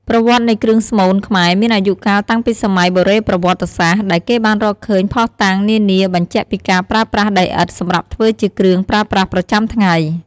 ប្រវត្តិនៃគ្រឿងស្មូនខ្មែរមានអាយុកាលតាំងពីសម័យបុរេប្រវត្តិសាស្រ្ត ដែលគេបានរកឃើញភស្តុតាងនានាបញ្ជាក់ពីការប្រើប្រាស់ដីឥដ្ឋសម្រាប់ធ្វើជាគ្រឿងប្រើប្រាស់ប្រចាំថ្ងៃ។